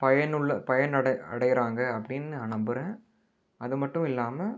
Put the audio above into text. பயனுள்ள பயனடை அடைகிறாங்க அப்படின்னு நான் நம்புகிறேன் அது மட்டும் இல்லாமல்